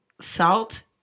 salt